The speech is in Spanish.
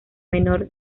menor